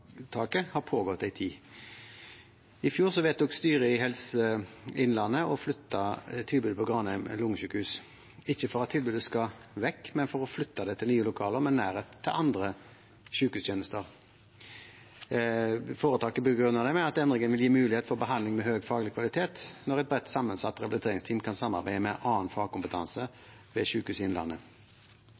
har pågått en tid. I fjor vedtok styret i Helse Innlandet å flytte tilbudet ved Granheim lungesykehus, ikke fordi tilbudet skal vekk, men for å flytte det til nye lokaler med nærhet til andre sykehustjenester. Foretaket begrunnet det med at endringen vil gi mulighet for behandling med høy faglig kvalitet, når et bredt sammensatt rehabiliteringsteam kan samarbeide med annen fagkompetanse ved Sykehuset Innlandet. Det pågår altså et arbeid for å videreutvikle og tilpasse tilbudet i